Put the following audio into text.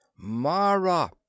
Mara